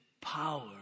power